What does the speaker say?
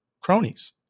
cronies